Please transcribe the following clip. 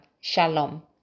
Shalom